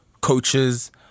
coaches